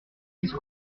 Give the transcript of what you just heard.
dix